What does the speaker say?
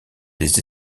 des